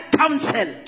council